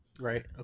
Right